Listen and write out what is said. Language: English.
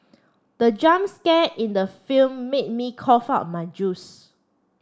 the jump scare in the film made me cough out my juice